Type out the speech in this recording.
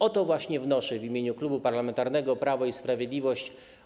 O to właśnie wnoszę w imieniu Klubu Parlamentarnego Prawo i Sprawiedliwość.